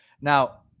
Now